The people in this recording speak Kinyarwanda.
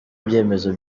ibyemezo